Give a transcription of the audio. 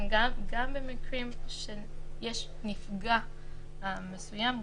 גם במקרים שיש נפגע מסוים,